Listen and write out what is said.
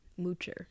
moocher